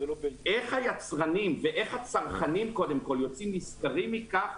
איך היצרנים ואיך הצרכנים קודם כול יוצאים נשכרים מכך,